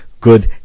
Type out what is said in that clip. good